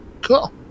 Cool